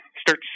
start